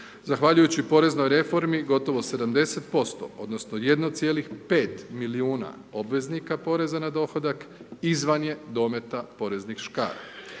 Zahvaljujući poreznoj reformi gotovo 70% odnosno 1,5 milijuna obveznika poreza na dohodak izvan je dometa poreznih škara.